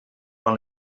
quan